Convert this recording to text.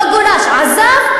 לא גורש, עזב.